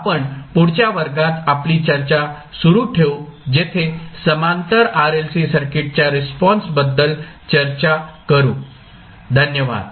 आपण पुढच्या वर्गात आपली चर्चा सुरू ठेवू जेथे समांतर RLC सर्किटच्या रिस्पॉन्स बद्दल चर्चा करू धन्यवाद